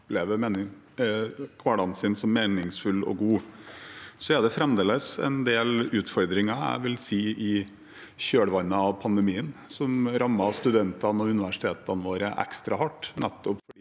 opplever hverdagen sin som meningsfull og god. Det er fremdeles en del utfordringer i kjølvannet av pandemien, som rammet studentene og universitetene våre ekstra hardt